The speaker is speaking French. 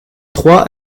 trois